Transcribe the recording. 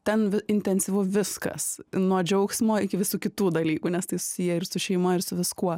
ten vi intensyvu viskas nuo džiaugsmo iki visų kitų dalykų nes tai susiję ir su šeima ir su viskuo